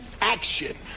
action